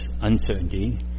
uncertainty